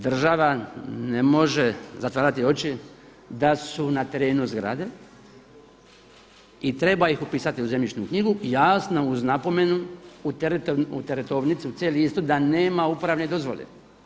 Država ne može zatvarati oči da su na terenu zgrade i treba ih upisati u zemljišnu knjigu, jasno uz napomenu u teretovnici, u C listu da nema uporabne dozvole.